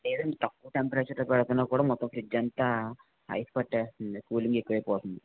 లేదండి తక్కువ టెంపరేచరే పెడుతున్నా కూడా మొత్తం ఫ్రిడ్జ్ అంతా ఐస్ పట్టేస్తుంది కూలింగ్ ఎక్కువైపోతుంది